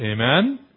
Amen